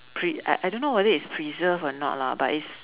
pre~ I I don't know whether it's preserved or not lah but it's